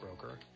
Broker